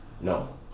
no